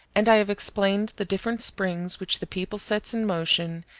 and i have explained the different springs which the people sets in motion,